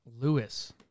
Lewis